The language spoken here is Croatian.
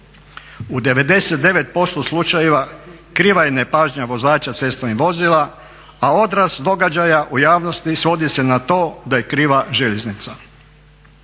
U 99% slučajeva kriva je nepažnja vozača cestovnih vozila, a odraz događaja u javnosti svodi se na to da je kriva željeznica.